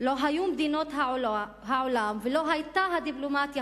לא היו מדינות העולם ולא היתה הדיפלומטיה